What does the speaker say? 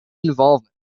involvement